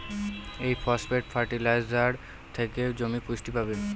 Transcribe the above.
এই phosphate fertiliser থেকে জমি পুষ্টি পাবে